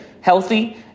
healthy